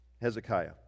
Hezekiah